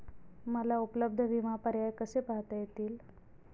मला उपलब्ध विमा पर्याय कसे पाहता येतील?